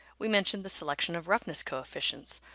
we mentioned the selection of roughness coefficients,